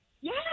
Yes